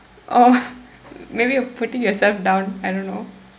oh maybe your putting yourself down I don't know